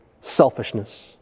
selfishness